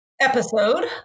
episode